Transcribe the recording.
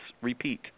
repeat